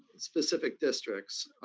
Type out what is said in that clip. specific districts.